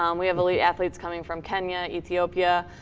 um we have elite athletes coming from kenya, ethiopia,